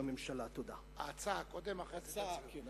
הצעת האי-אמון.